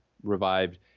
revived